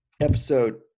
episode